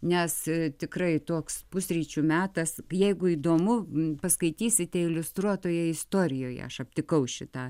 nes tikrai toks pusryčių metas jeigu įdomu paskaitysite iliustruotoje istorijoje aš aptikau šitą